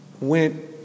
went